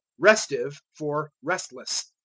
restive for restless.